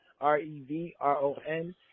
R-E-V-R-O-N